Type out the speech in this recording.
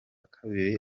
kabiri